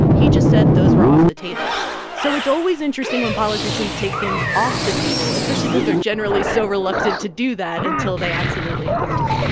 he just said those were off the table so it's always interesting when politicians take things off the table, especially because they're generally so reluctant to do that until they absolutely have to.